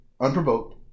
Unprovoked